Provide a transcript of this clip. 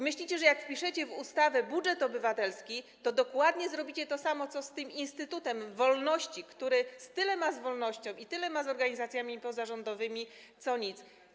Myślicie, że jak wpiszecie w ustawie: budżet obywatelski, to dokładnie zrobicie to samo, co z Instytutem Wolności, który tyle ma wspólnego z wolnością i z organizacjami pozarządowymi co nic.